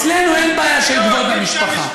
אצלנו אין בעיה של כבוד המשפחה.